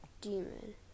Demon